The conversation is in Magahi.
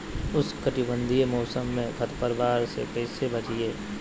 उष्णकटिबंधीय मौसम में खरपतवार से कैसे बचिये?